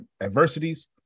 adversities